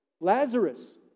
Lazarus